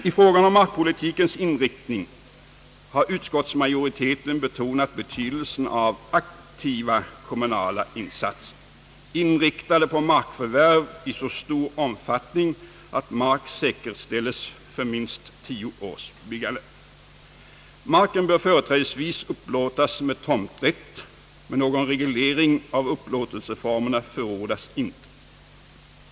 I fråga om markpolitikens inriktning har utskottsmajoriteten betonat betydeisen av aktiva kommunala insatser inriktade på markförvärv i så stor omfattning att mark säkerställes för minst tio års byggande. Marken bör företrädesvis upplåtas med tomträtt, men någon reglering av upplåtelseformerna förordas inte.